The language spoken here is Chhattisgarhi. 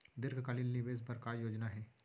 दीर्घकालिक निवेश बर का योजना हे?